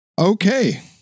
Okay